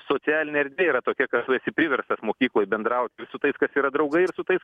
socialinė erdvė yra tokia kad tu esi priverstas mokykloj bendrauti su tais kas yra draugai ir su tais